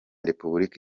repubulika